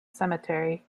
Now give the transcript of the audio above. cemetery